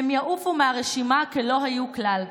הם יעופו מהרשימה כלא היו כלל.